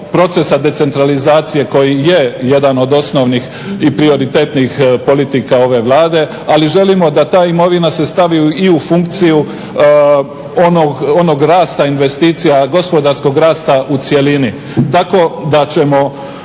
procesa decentralizacije koji je jedan od osnovnih i prioritetnih politika ove Vlade, ali želimo da ta imovina se stavi i u funkciju onog rasta investicija, gospodarskog rasta u cjelini tako da ćemo,